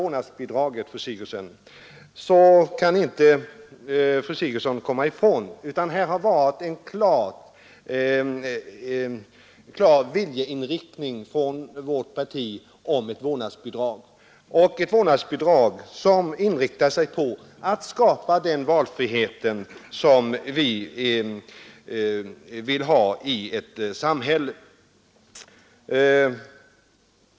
Fru Sigurdsen kan inte komma ifrån det faktum att det har varit en klar viljeinriktning från vårt parti i fråga om ett vårdnadsbidrag som inriktar sig på att skapa den valfrihet som vi vill ha i ett samhälle.